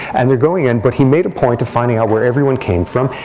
and they're going in. but he made a point of finding out where everyone came from.